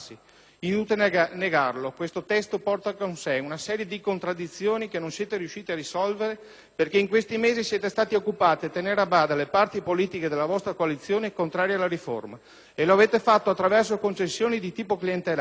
Inutile negarlo: questo testo porta con sé una serie di contraddizioni che non siete riusciti a risolvere perché in questi mesi siete stati occupati a tenere a bada le parti politiche della vostra coalizione contrarie alla riforma e lo avete fatto attraverso concessioni di tipo clientelare.